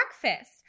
breakfast